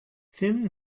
thin